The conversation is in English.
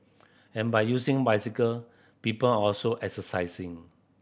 and by using bicycle people are also exercising